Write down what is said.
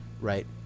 right